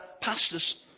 pastors